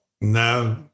No